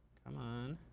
come on.